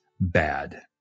bad